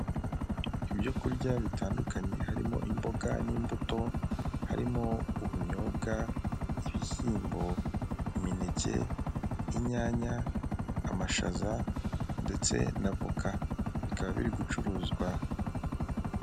Ibyokurya bitandukanye harimo imboga n'imbuto harimo ubunyobwa, ibishyimbo, imineke inyanya, amashaza ndetse na avoka bikaba biri gucuruzwa.